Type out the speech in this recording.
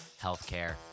healthcare